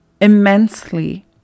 immensely